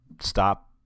stop